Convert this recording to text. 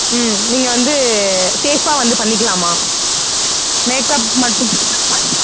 ம் நீங்கள் வந்து சேஃப்பாக வந்து பண்ணிக்கலாம்மா மேக்கப் மட்டும்